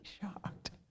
shocked